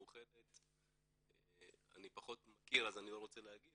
מאוחדת - שאני פחות מכיר אז לא רוצה להגיד